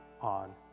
on